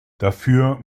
dafür